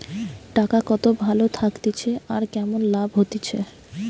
টাকা কত ভালো থাকতিছে আর কেমন লাভ হতিছে